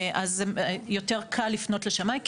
יותר קל לפנות לשמאי.